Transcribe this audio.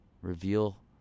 Reveal